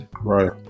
right